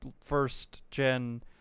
first-gen